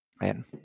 Man